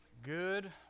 Good